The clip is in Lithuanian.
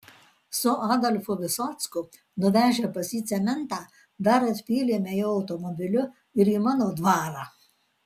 su adolfu visocku nuvežę pas jį cementą dar atpylėme jo automobiliu ir į mano dvarą